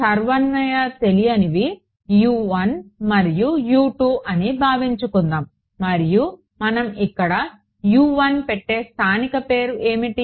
సర్వన్వయ తెలియనివి మరియు అని భావించుకుందాం మరియు మనం ఇక్కడ పెట్టే స్థానిక పేరు ఏమిటి